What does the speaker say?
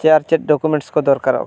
ᱥᱮ ᱟᱨ ᱪᱮᱫ ᱰᱳᱠᱚᱢᱮᱱᱴ ᱠᱚ ᱫᱚᱨᱠᱟᱨᱚᱜ ᱠᱟᱱᱟ